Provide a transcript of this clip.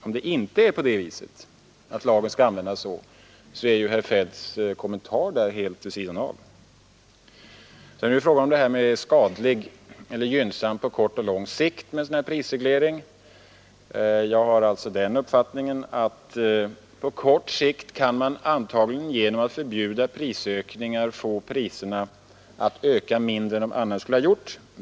Om det inte är så att lagen skall kunna användas på detta vis faller ju herr Feldts kommentar helt vid sidan av ämnet. Så några ord om detta huruvida det på kort och lång sikt är skadligt med en sådan här prisreglering. Jag har alltså den uppfattningen att på kort sikt kan man antagligen genom att förbjuda prisökningar få priserna att öka mindre än de annars skulle ha gjort.